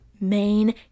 main